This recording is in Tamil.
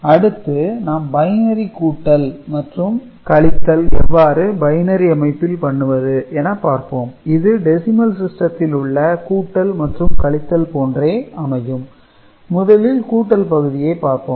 அடுத்து நாம் பைனரி கூட்டல் மற்றும் கழித்தல் எவ்வாறு பைனரி அமைப்பில் பண்ணுவது என பார்ப்போம் இது டெசிமல் சிஸ்டத்தில் உள்ள கூட்டல் மற்றும் கழித்தல் போன்றே அமையும் முதலில் கூட்டல் பகுதியைப் பார்ப்போம்